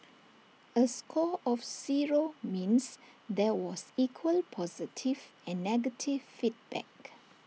A score of zero means there was equal positive and negative feedback